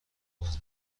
باز